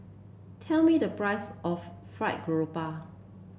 tell me the price of fried grouper